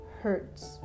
hurts